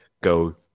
go